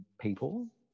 people